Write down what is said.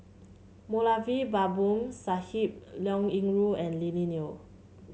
Moulavi Babu Sahib Liao Yingru and Lily Neo